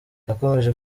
yakomeje